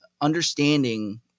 understanding